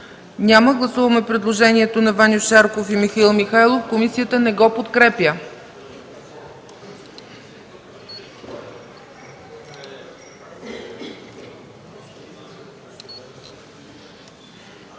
Няма. Гласуваме предложението на Ваньо Шарков и Михаил Михайлов, което комисията не подкрепя.